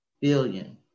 billion